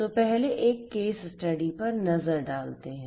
तो पहले एक केस स्टडी पर नजर डालते हैं